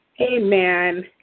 Amen